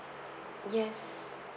yes